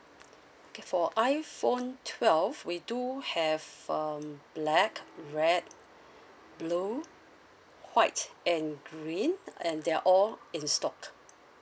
okay for iphone twelve we do have um black red blue white and green and they're all in stock